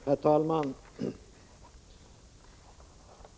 Herr talman!